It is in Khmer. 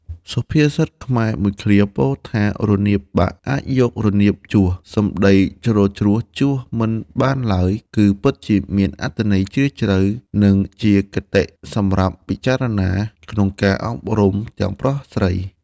សុភាសិតខ្មែរមួយឃ្លាពោលថា រនាបបាក់អាចយករនាបជួស សំដីជ្រុលជ្រួសជួសមិនបានឡើយ គឺពិតជាមានអត្ថន័យជ្រាលជ្រៅ និងជាគតិសម្រាប់ពិចារណាក្នុងការអប់រំទាំងប្រុសស្រី ។